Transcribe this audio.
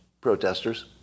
protesters